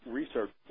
research